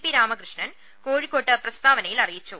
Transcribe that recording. P Ramakrishnan കോഴിക്കോട്ട് പ്രസ്താവനയിൽ അറിയിച്ചു